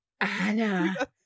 Anna